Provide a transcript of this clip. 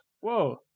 Whoa